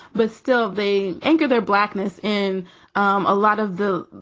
but still, they anger their blackness in um a lot of the,